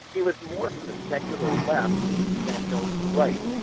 it was more from the secular left than the evangelical right.